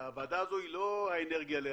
הוועדה הזאת היא לא האנרגיה לאן,